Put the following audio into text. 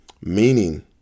meaning